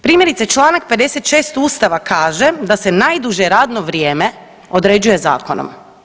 Primjerice čl. 56. ustava kaže da se najduže radno vrijeme određuje zakonom.